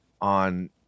on